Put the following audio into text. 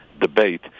debate